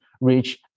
reach